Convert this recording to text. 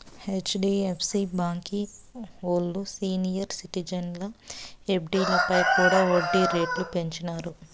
HDFC బాంకీ ఓల్లు senior సిటిజన్ల ఎఫ్డీలపై కూడా ఒడ్డీ రేట్లు పెంచినారు